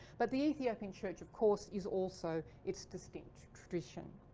but the ethiopian church of course is also its distinct tradition.